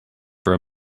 for